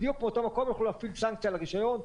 מאותו מקום הם יכולים להפעיל סנקציה על הרישיון,